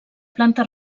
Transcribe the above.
planta